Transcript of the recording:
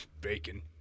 Bacon